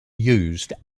used